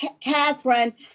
Catherine